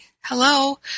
hello